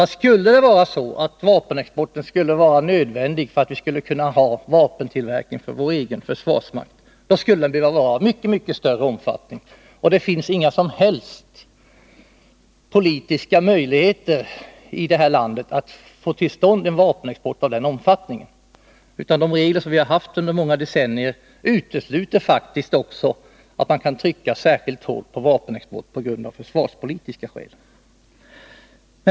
Skulle det vara så att vapenexporten är nödvändig för att vi skulle kunna ha vapentillverkning för vår egen försvarsmakt, skulle den behöva vara av mycket större omfattning, och det finns inga som helst politiska möjligheter i det här landet att få till stånd en vapenexport av den omfattningen. Det är faktiskt också så att de regler som vi har haft under många decennier utesluter tillstånd till vapenexport av försvarspolitiska skäl.